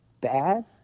bad